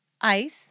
ice